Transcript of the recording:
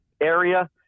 area